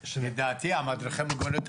לדעתי, מדריכי מוגנות.